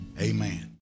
Amen